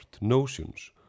notions